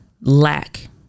lack